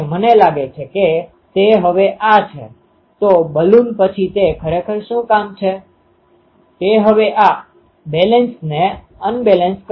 તમે જોશો કે મારી પાસે આ પ્રકારના ચાર બીમ છે ધારો કે આ ૦4 અને જો આ બે એન્ટેના હોઈ અને તેનું વિભાજન અંતર ૦2 હોઈ તો તે એન્ડ ફાયર પ્રકારનો એન્ટેના છે